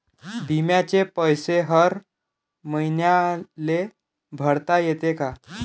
बिम्याचे पैसे हर मईन्याले भरता येते का?